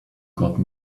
got